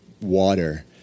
water